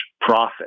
profit